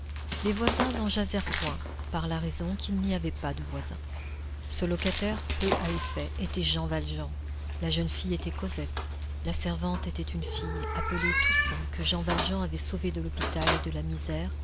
les voisins n'en jasèrent point par la raison qu'il n'y avait pas de voisins ce locataire peu à effet était jean valjean la jeune fille était cosette la servante était une fille appelée toussaint que jean valjean avait sauvée de l'hôpital et de la misère